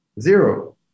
Zero